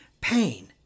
pain